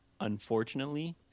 unfortunately